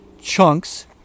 chunks